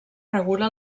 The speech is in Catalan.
regula